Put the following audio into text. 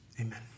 amen